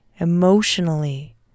Emotionally